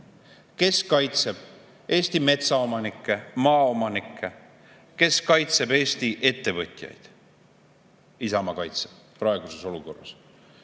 kes kaitseb Eesti metsaomanikke, maaomanikke, kes kaitseb Eesti ettevõtjaid? Isamaa kaitseb praeguses olukorras.